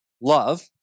love